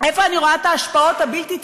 איפה אני רואה את ההשפעות הבלתי-תקינות.